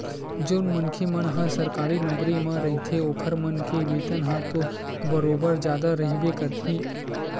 जउन मनखे मन ह सरकारी नौकरी म रहिथे ओखर मन के वेतन ह तो बरोबर जादा रहिबे करही